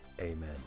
Amen